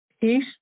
peace